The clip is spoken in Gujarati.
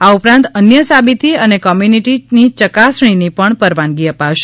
આ ઉપરાંત અન્ય સાબીતી અને કોમ્યુનિટીની ચકાસણીના પણ પરવાનગી અપાશે